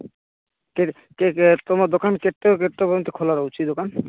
କେ କେତ ତୁମ ଦୋକାନ କେତେଟାରୁ କେତେଟା ପର୍ଯ୍ୟନ୍ତ ଖୋଲା ରହୁଛି ଦୋକାନ